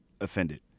offended